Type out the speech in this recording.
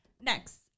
Next